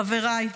חבריי,